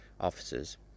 officers